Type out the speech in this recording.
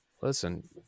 listen